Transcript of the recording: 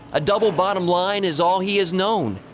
a double bottom line is all he has known,